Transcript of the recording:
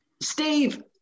Steve